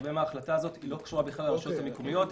הרבה מההחלטה הזאת לא קשור בכלל לרשויות המקומיות,